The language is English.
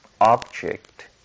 object